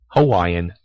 Hawaiian